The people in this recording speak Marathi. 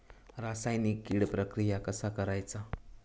रासायनिक कीड प्रक्रिया कसा करायचा?